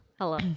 Hello